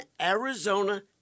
Arizona